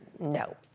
No